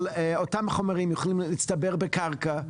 אבל אותם חומרים יכולים להצטבר בקרקע,